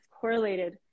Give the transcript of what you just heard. correlated